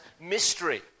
mystery